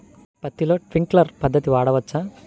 పత్తిలో ట్వింక్లర్ పద్ధతి వాడవచ్చా?